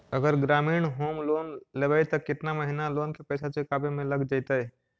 अगर ग्रामीण home loan लेबै त केतना महिना लोन के पैसा चुकावे में लग जैतै?